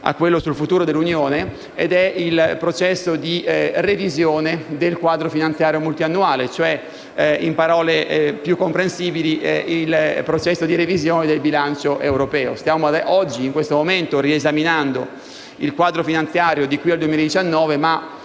legato al futuro dell'Unione europea: è il processo di revisione del quadro finanziario multiannuale, cioè, in parole più comprensibili, il processo di revisione del bilancio europeo. In questo momento stiamo riesaminando il quadro finanziario da qui al 2019, ma